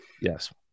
Yes